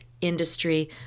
industry